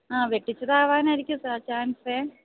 ആ വെട്ടിച്ചതാവാനായിരിക്കും sir chance